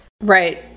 Right